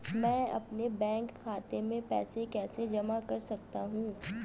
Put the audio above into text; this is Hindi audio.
मैं अपने बैंक खाते में पैसे कैसे जमा कर सकता हूँ?